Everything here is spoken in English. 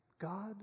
God